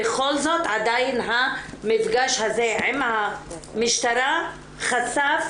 בכל זאת עדיין המפגש הזה עם המשטרה חשף